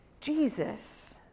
Jesus